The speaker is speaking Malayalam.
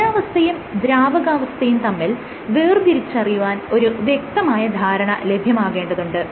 ഖരാവസ്ഥയും ദ്രാവകാവസ്ഥയും തമ്മിൽ വേർതിരിച്ചറിയുവാൻ ഒരു വ്യക്തമായ ധാരണ ലഭ്യമാകേണ്ടതുണ്ട്